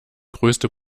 größte